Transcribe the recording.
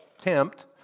tempt